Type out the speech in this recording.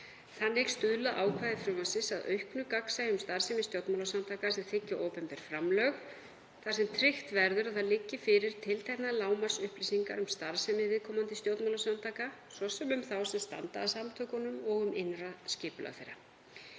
Þannig stuðla ákvæði frumvarpsins að auknu gagnsæi um starfsemi stjórnmálasamtaka sem þiggja opinber framlög þar sem tryggt verður að fyrir liggi tilteknar lágmarksupplýsingar um starfsemi viðkomandi stjórnmálasamtaka, svo sem um þá sem standa að samtökunum og um innra skipulag þeirra.